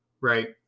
right